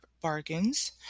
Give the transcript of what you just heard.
bargains